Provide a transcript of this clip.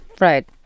right